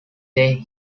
they